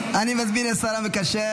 אני מזמין את השר המקשר,